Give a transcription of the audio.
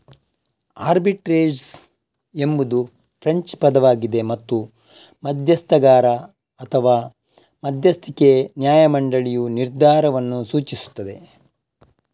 arbitrage ಎಂಬುದು French ಪದವಾಗಿದೆ ಮತ್ತು ಮಧ್ಯಸ್ಥಗಾರ ಅಥವಾ ಮಧ್ಯಸ್ಥಿಕೆ ನ್ಯಾಯ ಮಂಡಳಿಯ ನಿರ್ಧಾರವನ್ನು ಸೂಚಿಸುತ್ತದೆ